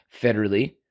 federally